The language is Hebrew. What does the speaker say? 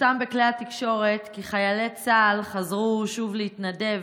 פורסם בכלי התקשורת כי חיילי צה"ל חזרו שוב להתנדב